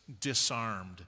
disarmed